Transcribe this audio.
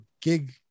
gig